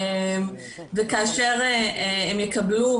וכאשר הם יקבלו,